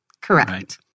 Correct